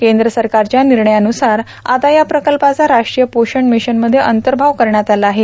केंद्र सरकारच्या निर्णयानुसार आता या प्रकल्पाचा राष्ट्रीय पोषण मिशनमध्ये अंतर्भाव करण्यात आला आहे